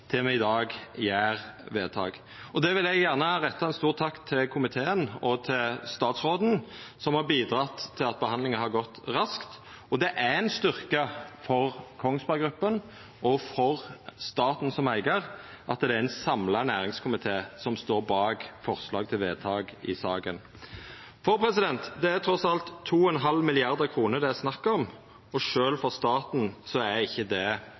me i dag gjer eit vedtak. Eg vil gjerne retta ein stor takk til komiteen og statsråden, som har bidrege til at behandlinga har gått raskt. Det er ein styrke for Kongsberg Gruppen og for staten som eigar at det er ein samla næringskomité som står bak forslaget til vedtak i saka. Det er trass alt 2,5 mrd. kr det er snakk om, og sjølv for staten er ikkje det